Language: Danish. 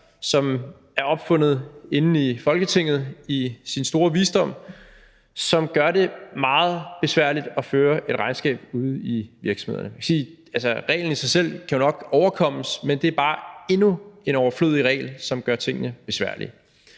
som er opfundet af Folketingets i dets store visdom, som gør det meget svært at føre et regnskab ude i virksomhederne. Jeg vil sige, at reglen i sig selv nok kan overkommes, men det er bare endnu en overflødig regel, som gør tingene besværlige.